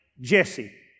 Jesse